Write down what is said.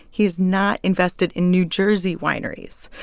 he is not invested in new jersey wineries.